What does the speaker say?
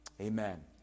Amen